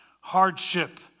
hardship